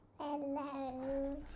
Hello